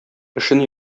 эшен